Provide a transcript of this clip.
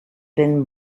been